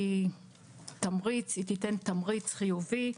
היא תיתן תמריץ חיובי.